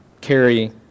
carry